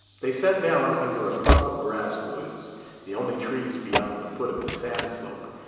they sat down under a clump of basswoods, the only trees beyond the foot of the sand-slope,